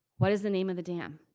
what is the name of the dam?